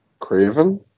Craven